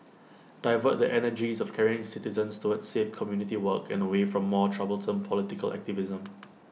divert the energies of caring citizens towards safe community work and away from more troublesome political activism